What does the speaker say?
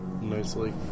nicely